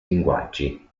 linguaggi